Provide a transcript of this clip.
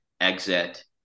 exit